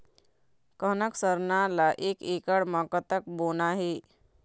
कनक सरना ला एक एकड़ म कतक बोना हे?